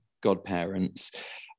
godparents